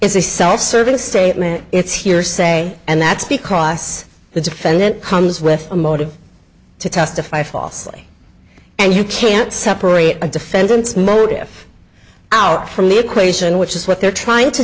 it's a self serving statement it's hearsay and that's because the defendant comes with a motive to testify falsely and you can't separate a defendant's motive out from the equation which is what they're trying to